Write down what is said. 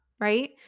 Right